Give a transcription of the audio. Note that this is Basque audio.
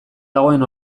dagoen